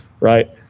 right